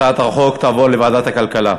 הצעת החוק תעבור לוועדת הכלכלה.